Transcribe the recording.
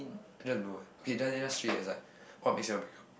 I don't know eh okay then just just treat it as like what makes you all breakup